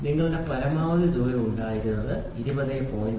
ഇവിടെ നിങ്ങൾക്ക് പരമാവധി തുക ഉണ്ടായിരുന്നു ഇത് 20